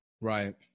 Right